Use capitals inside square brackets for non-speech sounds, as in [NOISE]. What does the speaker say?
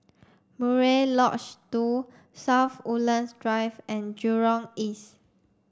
Murai [UNINTELLIGIBLE] two South Woodlands Drive and Jurong East